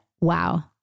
wow